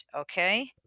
okay